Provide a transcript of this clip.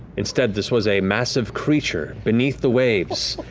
instead, this was a massive creature, beneath the waves,